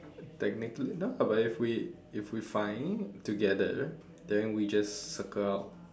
technically no but if we if we find together then we just circle out